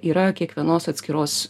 yra kiekvienos atskiros